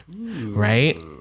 right